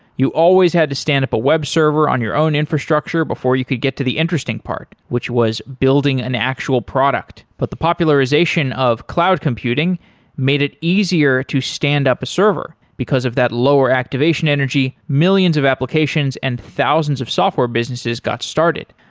you always had to stand up a web server on your own infrastructure before you could get to the interesting part, which was building an actual product. but the popularization of cloud computing made it easier to standup a server. because of that lower activation, millions of applications and thousands of software businesses got started,